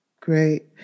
Great